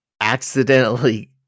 accidentally